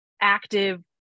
active